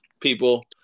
people